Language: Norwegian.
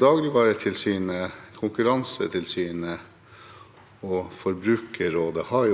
Dagligvaretilsynet, Konkurransetilsynet og Forbrukerrådet har